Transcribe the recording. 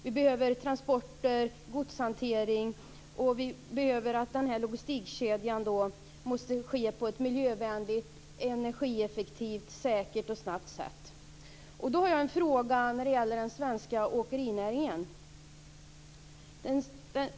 Vi behöver transporter och godshantering, och den här logistikkedjan måste vara miljövänlig, energieffektiv, säker och snabb. Jag har en fråga när det gäller den svenska åkerinäringen.